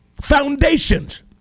Foundations